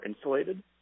insulated